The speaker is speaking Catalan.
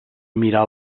mirar